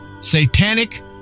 satanic